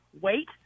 wait